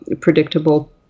predictable